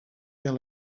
their